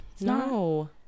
no